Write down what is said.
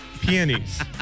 Peonies